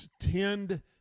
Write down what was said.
tend